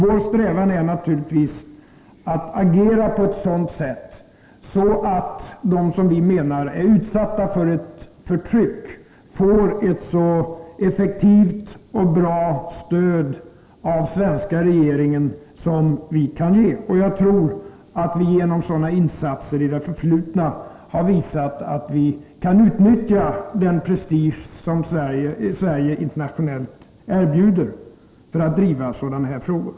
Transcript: Vår strävan är naturligtvis att agera på ett sådant sätt att de som vi menar är utsatta för ett förtryck får ett så effektivt och bra stöd av den svenska regeringen som möjligt. Jag tror att vi genom sådana insatser i det förflutna har visat att vi kan utnyttja den prestige som Sverige internationellt åtnjuter för att driva sådana här frågor.